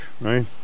right